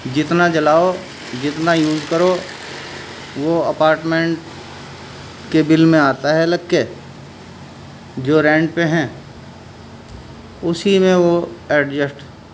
جتنا جلاؤ جتنا یوز کرو وہ اپارٹمنٹ کے بل میں آتا ہے لگ کے جو رینٹ پہ ہیں اسی میں وہ ایڈجسٹ